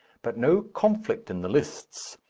but no conflict in the lists.